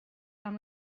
amb